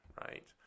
Right